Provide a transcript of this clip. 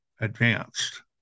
advanced